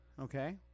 okay